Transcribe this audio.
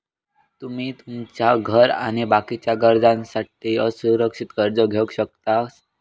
तुमी तुमच्या घर आणि बाकीच्या गरजांसाठी असुरक्षित कर्ज घेवक शकतास